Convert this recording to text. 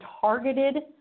targeted